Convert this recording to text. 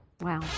Wow